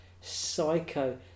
Psycho